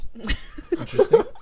interesting